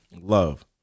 love